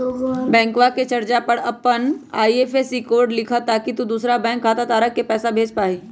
बैंकवा के पर्चा पर अपन आई.एफ.एस.सी कोड लिखा ताकि तु दुसरा बैंक खाता धारक के पैसा भेज पा हीं